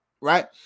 right